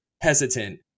hesitant